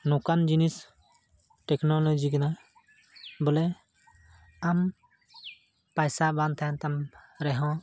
ᱱᱚᱝᱠᱟᱱ ᱡᱤᱱᱤᱥ ᱴᱮᱠᱱᱳᱞᱳᱡᱤ ᱠᱟᱱᱟ ᱵᱚᱞᱮ ᱟᱢ ᱯᱚᱭᱥᱟ ᱵᱟᱝ ᱛᱟᱦᱮᱱ ᱛᱟᱢ ᱨᱮᱦᱚᱸ